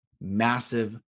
massive